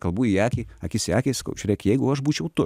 kalbų į akį akis į akį sakau žiūrėk jeigu aš būčiau tu